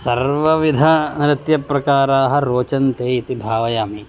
सर्वविधनृत्यप्रकाराः रोचन्ते इति भावयामि